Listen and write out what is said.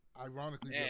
ironically